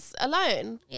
alone